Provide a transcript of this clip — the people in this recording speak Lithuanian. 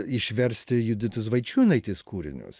išversti juditos vaičiūnaitės kūrinius